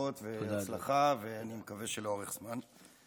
ברכות והצלחה, ואני מקווה שלאורך זמן.